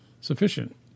sufficient